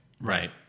Right